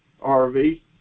RV